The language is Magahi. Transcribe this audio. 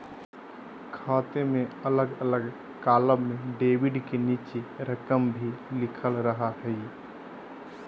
खाते में अलग अलग कालम में डेबिट के नीचे रकम भी लिखल रहा हइ